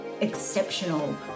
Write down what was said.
exceptional